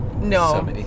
No